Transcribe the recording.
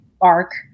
arc